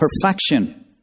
perfection